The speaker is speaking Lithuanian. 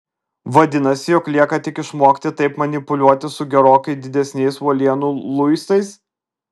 vadinasi jog lieka tik išmokti taip manipuliuoti su gerokai didesniais uolienų luistais